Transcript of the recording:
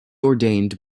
ordained